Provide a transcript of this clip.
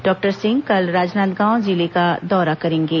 doctor Singh कल राजनांदगांव जिले का दौरा करेंगे